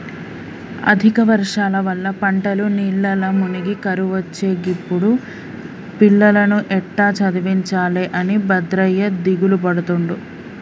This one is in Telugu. అధిక వర్షాల వల్ల పంటలు నీళ్లల్ల మునిగి కరువొచ్చే గిప్పుడు పిల్లలను ఎట్టా చదివించాలె అని భద్రయ్య దిగులుపడుతుండు